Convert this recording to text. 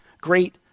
great